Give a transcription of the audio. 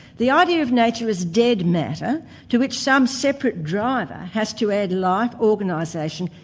the idea of nature is dead matter to which some separate driver has to add life, organisation,